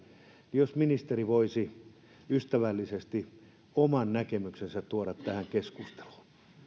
jos ministeri voisi ystävällisesti oman näkemyksensä tuoda tähän keskusteluun